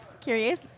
curious